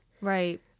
right